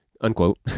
unquote